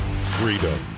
freedom